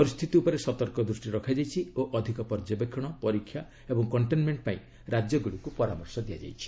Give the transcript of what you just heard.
ପରିସ୍ଥିତି ଉପରେ ସତର୍କ ଦୃଷ୍ଟି ରଖାଯାଇଛି ଓ ଅଧିକ ପର୍ଯ୍ୟବେକ୍ଷଣ ପରୀକ୍ଷା ଏବଂ କଣ୍ଟେନ୍ମେଣ୍ଟ ପାଇଁ ରାଜ୍ୟଗୁଡ଼ିକୁ ପରାମର୍ଶ ଦିଆଯାଇଛି